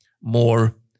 more